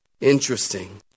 Interesting